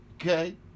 Okay